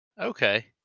Okay